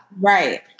right